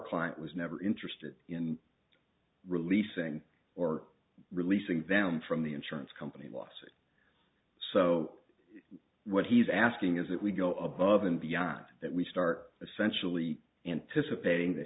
client was never interested in releasing or releasing them from the insurance company losses so what he's asking is that we go above and beyond that we start essentially anticipating that